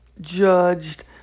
judged